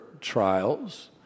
trials